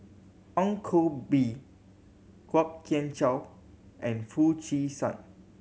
Ong Koh Bee Kwok Kian Chow and Foo Chee San